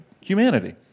humanity